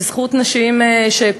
בזכות נשים שפעלו,